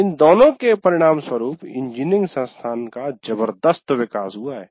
इन दोनों के परिणामस्वरूप इंजीनियरिंग संस्थान का जबरदस्त विकास हुआ है